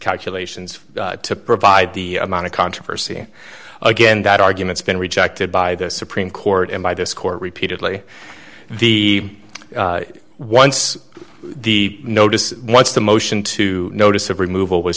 calculations to provide the amount of controversy again that argument's been rejected by the supreme court and by this court repeatedly be once the notice once the motion to notice of removal wa